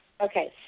Okay